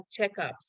checkups